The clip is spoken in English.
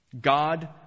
God